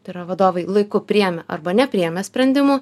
tai yra vadovai laiku priėmė arba nepriėmė sprendimų